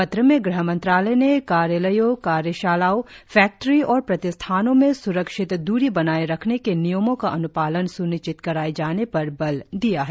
पत्र में गृहमंत्रालय ने कार्यालयों कार्यशालाओं फैक्ट्री और प्रतिष्ठानों में सुरक्षित दूरी बनाए रखने के नियमों का अन्पालन स्निश्चित कराए जाने पर बल दिया है